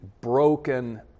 broken